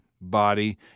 body